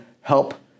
help